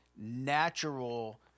natural